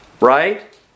Right